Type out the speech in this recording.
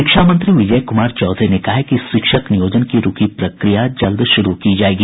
शिक्षा मंत्री विजय कुमार चौधरी ने कहा है कि शिक्षक नियोजन की रूकी प्रक्रिया जल्द शुरू की जायेगी